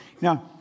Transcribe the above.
Now